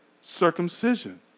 circumcision